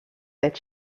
that